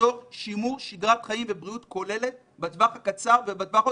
ליצור שימור שגרת חיים ובריאות כוללת בטווח הקצר ובטווח הארוך.